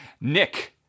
Nick